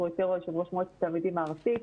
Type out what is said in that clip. יושב-ראש מועצת התלמידים הארצית.